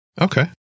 Okay